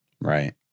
right